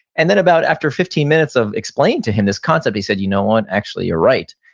and then about after fifteen minutes of explaining to him this concept, he said, you know what? actually you're right.